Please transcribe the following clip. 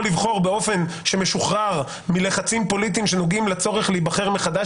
לבחור באופן שמשוחרר מלחצים פוליטיים שנוגעים לצורך להיבחר מחדש,